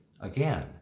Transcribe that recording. again